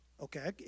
okay